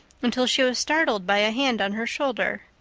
until she was startled by a hand on her shoulder.